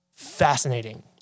fascinating